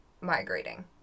migrating